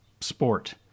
sport